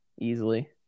easily